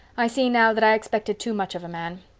i see now that i expected too much of a man.